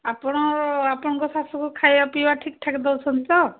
ଆପଣ ଆପଣଙ୍କ ଶାଶୁଙ୍କୁ ଖାଇବା ପିଇବା ଠିକ୍ ଠାକ୍ ଦେଉଛନ୍ତି ତ